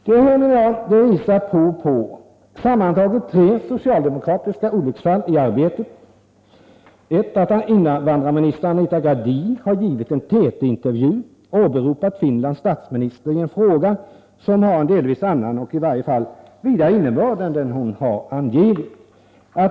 Det här visar prov på sammantaget tre socialdemokratiska olycksfall i arbetet: Invandrarminister Anita Gradin har givit en TT-intervju och åberopat Finlands statsminister i en fråga som har en delvis annan och i varje fall vidare innebörd än den hon angivit.